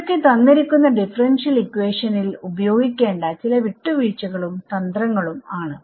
ഇതൊക്കെ തന്നിരിക്കുന്ന ഡിഫറെന്റ്ഷിയൽ ഇക്വേഷനിൽ ഉപയോഗിക്കേണ്ട ചില വിട്ട് വീഴ്ചകളും തന്ത്രങ്ങളും ആണ്